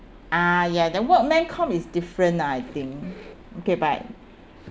!aiya! the workman com is different ah I think okay but